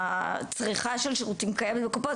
הצריכה של השירותים הקיימים בקופות,